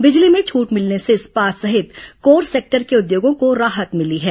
बिजली में छूट मिलने से इस्पात सहित कोर सेक्टर के उद्योगों को राहत मिली है